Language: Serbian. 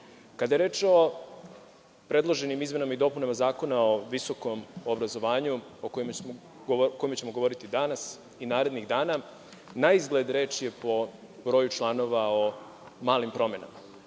je reč o predloženim izmenama i dopunama Zakona o visokom obrazovanju, o kome ćemo govoriti danas i narednih dana, naizgled reč je, po broju članova, o malim promenama,